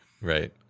Right